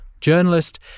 Journalist